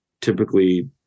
typically